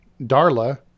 Darla